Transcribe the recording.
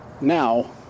now